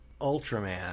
Ultraman